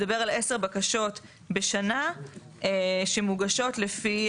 מדבר על 10 בקשות בשנה שמוגשות לפי